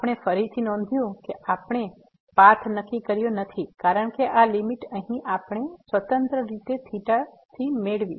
આપણે ફરીથી નોંધ્યું છે કે આપણે પાથ નક્કી કર્યો નથી કારણ કે આ લીમીટ અહીં આપણે સ્વતંત્ર રીતે થિટાથી મેળવી